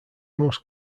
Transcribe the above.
most